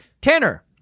Tanner